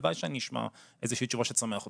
הלוואי שאני אשמע איזושהי תשובה שתשמח אותנו.